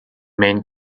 main